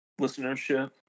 listenership